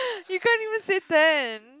he can't even say ten